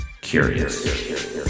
curious